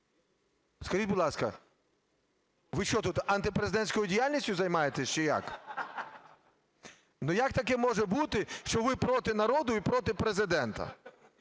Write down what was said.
Скажіть, будь ласка, ви що, тут антипрезидентською діяльністю займаєтесь, чи як? Ну, як таке може бути, що ви проти народу і проти Президента?